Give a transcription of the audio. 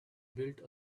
built